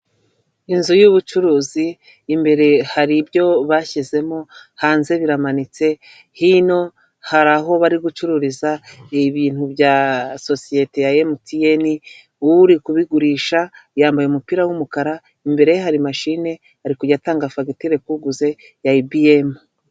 Inzu y'ubucuruzi imbere hari ibyo bashyizemo hanze biramanitse, hino hari aho bari gucururiza ibintu bya sosiyete ya emutiyene, uri kubigurisha yambaye umupira w'umukara imbere hari mashine ari kujya atanga fagitire ku uguze ya ibiyemu.